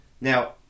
Now